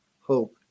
hope